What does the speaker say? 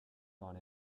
gone